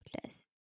plus